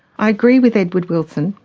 i agree with edward wilson,